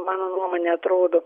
mano nuomone atrodo